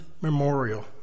memorial